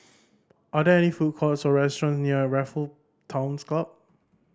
are there any food courts or restaurants near Raffle Towns Club